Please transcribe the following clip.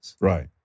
Right